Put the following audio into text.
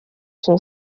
sont